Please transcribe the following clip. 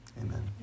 Amen